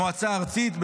המועצה הארצית,